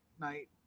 night